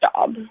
job